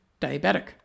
diabetic